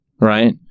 right